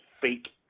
fake